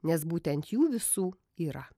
nes būtent jų visų yra